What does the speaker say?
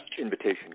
invitation